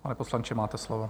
Pane poslanče, máte slovo.